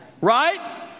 Right